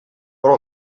però